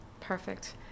perfect